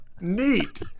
Neat